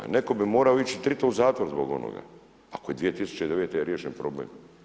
Netko bi morao ići drito u zatvor zbog ovoga, ako je 2009. riješen problem.